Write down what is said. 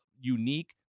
unique